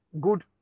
good